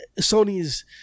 Sony's